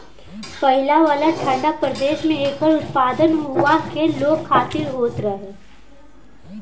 पहिले वाला ठंडा प्रदेश में एकर उत्पादन उहा के लोग खातिर होत रहे